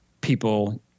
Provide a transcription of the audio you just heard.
people –